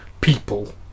people